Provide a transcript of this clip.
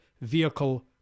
vehicle